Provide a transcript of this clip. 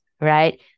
right